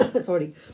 Sorry